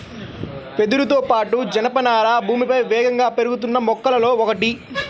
వెదురుతో పాటు, జనపనార భూమిపై వేగంగా పెరుగుతున్న మొక్కలలో ఒకటి